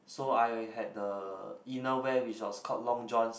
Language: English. so I had the inner wear which was called long johns